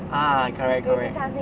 uh correct correct